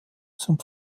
zum